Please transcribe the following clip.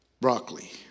broccoli